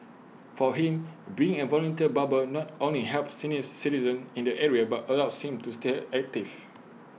for him being A volunteer barber not only helps senior citizens in the area but allows him to stay active